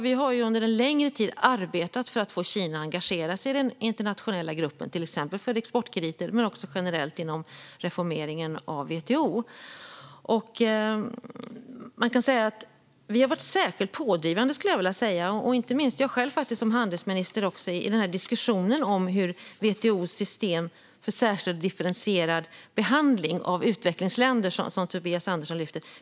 Vi har ju under en längre tid arbetat för att få Kina att engagera sig i den internationella gruppen, till exempel för exportkrediter men också generellt för reformeringen av WTO. Vi har varit särskilt pådrivande, inte minst jag själv som handelsminister, i diskussionen om WTO:s system för särskild och differentierad behandling av utvecklingsländer som Tobias Andersson tar upp.